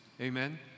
Amen